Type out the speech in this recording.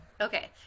Okay